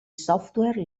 software